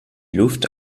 luft